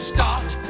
Start